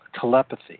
telepathy